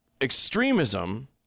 extremism